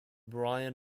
bryan